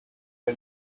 all